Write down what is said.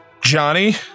Johnny